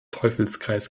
teufelskreis